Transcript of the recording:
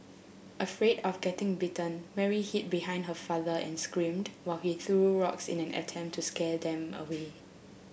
afraid of getting bitten Mary hid behind her father and screamed while he threw rocks in an attempt to scare them away